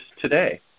today